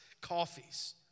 coffees